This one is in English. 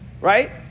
right